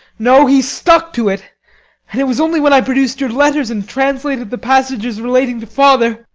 no, he stuck to it and it was only when i produced your letters and translated the passages relating to father